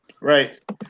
Right